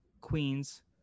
queens